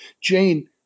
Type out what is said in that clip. Jane